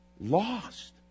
lost